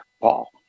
Paul